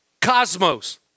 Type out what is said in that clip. cosmos